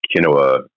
quinoa